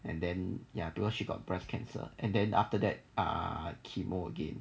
and then ya because she got breast cancer and then after that ah chemo again